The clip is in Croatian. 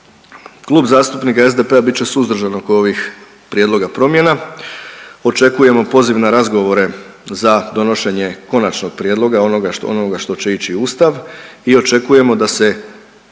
Klub zastupnika SDP-a bit će suzdržan oko ovih prijedloga promjena, očekujemo poziv na razgovore za donošenje konačnog prijedloga, onoga što, onoga što će ići u ustav i očekujemo da se